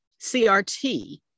CRT